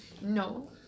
No